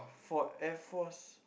for Air Force